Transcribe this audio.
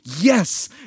Yes